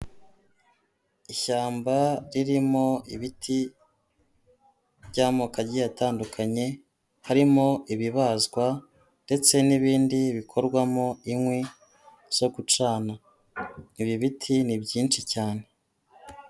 Ishyamba ririmo ibiti by'amoko agiye atandukanye harimo ibibazwa ndetse n'ibindi bikorwamo inkwi zo gucana, ibi biti ni byinshi cyane.